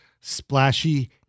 splashy